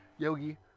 Yogi